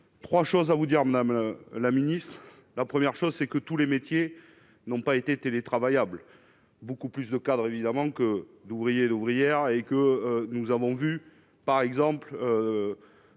3 choses à vous dire madame la Ministre, la première chose, c'est que tous les métiers n'ont pas été télétravail able beaucoup plus de cadres évidemment que d'ouvriers et d'ouvrières et que nous avons vu, par exemple